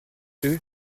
eux